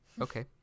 Okay